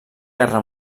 guerra